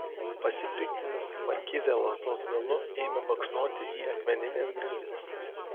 pasipiktinusi markizė lazdos galu ėmė baksnoti į akmenines grindis